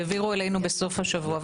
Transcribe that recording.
העבירו אלינו בסוף השבוע,